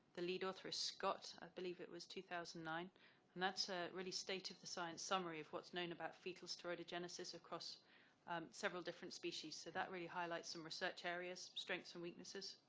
the lead author is scott. i believe it was two thousand and nine and that's ah really state of the science summary of what's known about fetal steroidogenesis across several different species. so that really highlights some research areas, strengths and weaknesses.